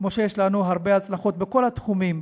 כמו שיש לנו הרבה הצלחות בכל התחומים,